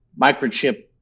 microchip